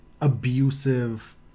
abusive